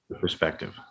perspective